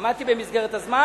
עמדתי במסגרת הזמן?